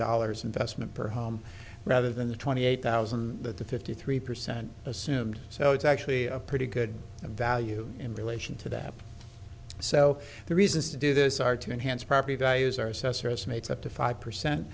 dollars investment for home rather than the twenty eight thousand that the fifty three percent assumed so it's actually a pretty good value in relation to that so the reasons to do this are to enhance property values our assessor estimates up to five percent